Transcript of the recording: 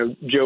Joe